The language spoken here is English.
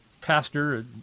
pastor